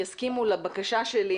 יסכימו לבקשה שלי